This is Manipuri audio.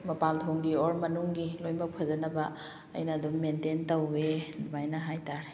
ꯃꯄꯥꯟꯊꯣꯡꯒꯤ ꯑꯣꯔ ꯃꯅꯨꯡꯒꯤ ꯂꯣꯏꯅꯃꯛ ꯐꯖꯅꯕ ꯑꯩꯅ ꯑꯗꯨꯝ ꯃꯦꯟꯇꯦꯟ ꯇꯧꯋꯦ ꯑꯗꯨꯃꯥꯏꯅ ꯍꯥꯏꯇꯥꯔꯦ